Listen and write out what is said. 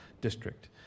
district